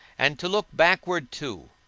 and to look backward too,